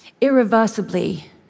irreversibly